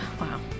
Wow